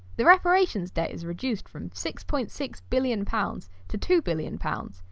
the reparations debt is reduced from six point six billion pounds to two billion pounds,